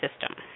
system